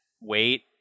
wait